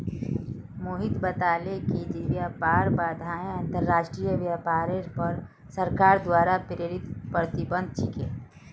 मोहित बताले जे व्यापार बाधाएं अंतर्राष्ट्रीय व्यापारेर पर सरकार द्वारा प्रेरित प्रतिबंध छिके